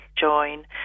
join